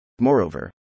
Moreover